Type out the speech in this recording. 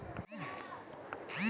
का ट्रैक्टर से गेहूं कटा जितै?